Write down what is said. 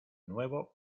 nuevo